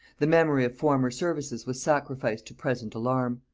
the memory of former services was sacrificed to present alarm.